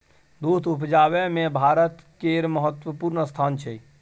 दूध उपजाबै मे भारत केर महत्वपूर्ण स्थान छै